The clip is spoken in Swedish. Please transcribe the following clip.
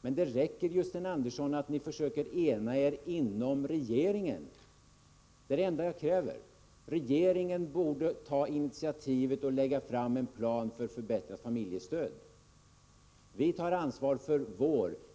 Men det räcker att ni försöker ena er inom regeringen, Sten Andersson. Det är det enda jag kräver. Regeringen borde ta initiativet och lägga fram en plan för förbättrat familjestöd. Vi tar ansvar för den politik vi för.